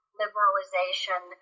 liberalization